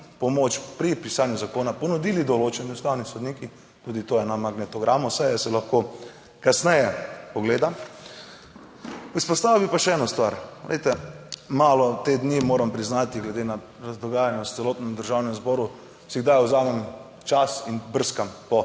pomoč pri pisanju zakona ponudili določeni ustavni sodniki: tudi to je na magnetogramu, saj se lahko kasneje pogledam. Izpostavil bi pa še eno stvar. Glejte, malo te dni, moram priznati, glede na dogajanje v celotnem Državnem zboru si kdaj vzamem čas in brskam po